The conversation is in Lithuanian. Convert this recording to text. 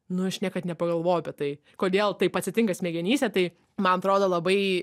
nu aš niekad nepagalvojau apie tai kodėl taip atsitinka smegenyse tai man atrodo labai